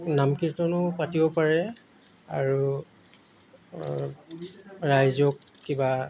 নাম কীৰ্তনো পাতিব পাৰে আৰু ৰাইজক কিবা